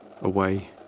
away